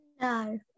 no